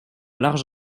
large